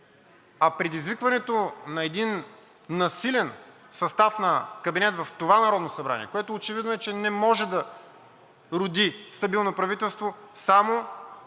а предизвикването на един насилен състав на кабинет в това Народно събрание, което, очевидно е, че не може да роди стабилно правителство, само